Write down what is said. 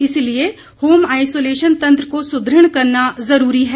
इसलिए home isolation तंत्र को सुदृढ़ करना जरूरी है